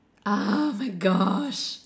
oh my gosh